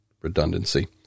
redundancy